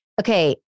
okay